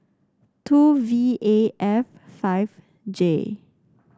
two V A F five J